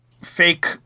fake